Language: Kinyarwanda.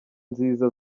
nziza